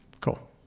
Cool